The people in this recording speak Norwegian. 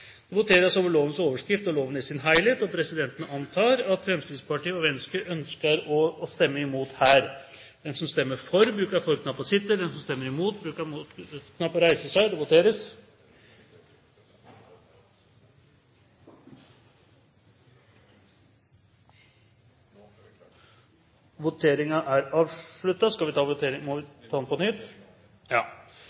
Det voteres over lovens overskrift og loven i sin helhet. Presidenten antar at Fremskrittspartiet og Venstre ønsker å stemme imot.